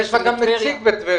נדמה לי שיש לך נציג בטבריה.